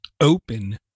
open